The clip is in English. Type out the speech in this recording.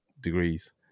degrees